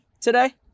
today